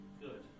Good